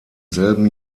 selben